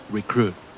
Recruit